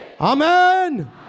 Amen